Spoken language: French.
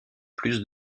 plus